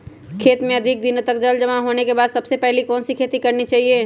खेत में अधिक दिनों तक जल जमाओ होने के बाद सबसे पहली कौन सी खेती करनी चाहिए?